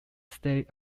state